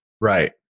Right